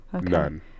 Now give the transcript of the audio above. None